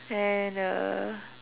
and uh